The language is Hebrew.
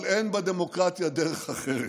אבל אין בדמוקרטיה דרך אחרת.